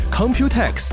Computex